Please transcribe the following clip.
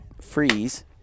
freeze